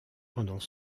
pendant